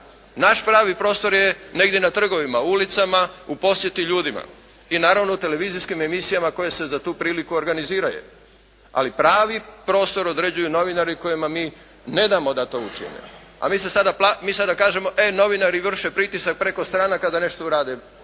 Naš pravi prostor je negdje na trgovima, ulicama, u posjeti ljudima. I naravno u televizijskim emisijama koje se za tu priliku organiziraju. Ali pravi prostor određuju novinari kojima mi ne damo da to učine. A mi se sada, mi kažemo: «E novinari vrše pritisak preko stranaka da nešto urade.»